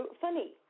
funny